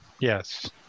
yes